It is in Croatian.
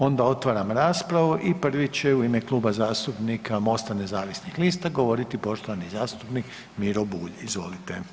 Onda otvaram raspravu i prvi će u ime Kluba zastupnika Mosta nezavisnih lista govoriti poštovani zastupnik Miro Bulj, izvolite.